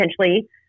potentially